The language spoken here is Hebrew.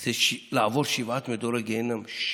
זה לעבור שבעת מדורי גיהינום.